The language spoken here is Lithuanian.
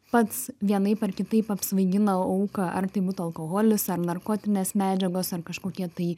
pats vienaip ar kitaip apsvaigina auką ar tai būtų alkoholis ar narkotinės medžiagos ar kažkokie tai